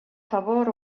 favor